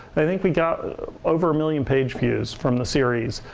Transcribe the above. i think we got over a million pageviews from the series.